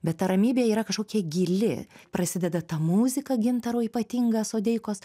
bet ta ramybė yra kažkokia gili prasideda ta muzika gintaro ypatinga sodeikos